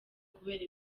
kubera